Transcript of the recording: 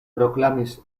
proklamis